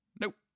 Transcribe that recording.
Nope